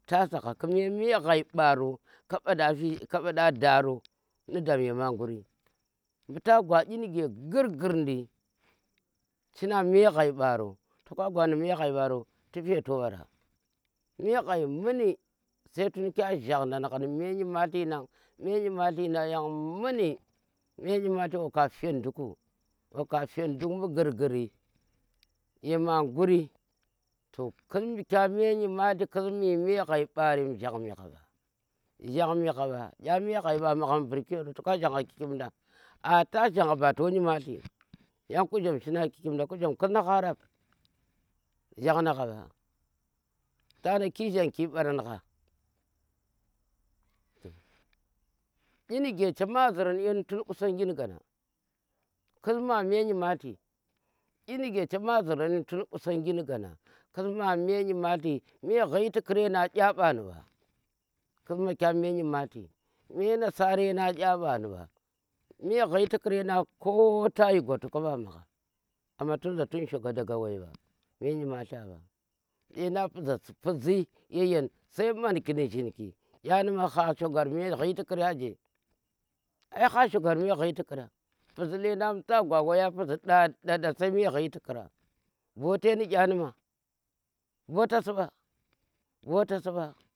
Ta sagha kume me ghai ɓaro, ka mba da ka mba da daro ni dam yema nguri mbu ke ta gwa iy girgirdu shi na me ghai mɓaro, tu feto mbara, me ghai muni, tun kye jhandan gha ne nyimalti na me nyimalti muni sai tun kye jhandan gha nu me myimalti nang muni wa fet nduk mbu girgiri yema nguri khis mii kye me nyimalti, khis mii me ghai ɓa mbarem, gjang mi gha ɓa, gjong mi gha mba da me xhai mbarem magham vurki yero gjong mi gha ba, a ta jhanga ba to nyimlti, yang ku gjong khis na ta rap gjong na ghoɓa, ta na ki gjang ki ɓaron gha? inige chema ziiran yanu tun qusangi ni gana khis ma me nyimalti inike chema zuran tun qusangin gana khis ma me nyimalti me xhi tikurenang kye mbanu mba khus ma kyen me nyimalti me nasare nang ɗa mbanu ɓa me xhi tukurenang ko ta yi gwar to ka mba magha, amma tunza tun mbu shoga me nyimalti mba lendang za pizii ye yeng sai manki ni gjinki kya nu ma ha shogar me xhi tukuran je ai ha shogar me xhi tukurang puzzi lendand muta gwa wai a puzzi dat dat dat sai me xhi tukura bote kya ni ma? botasi nba, botasi mba.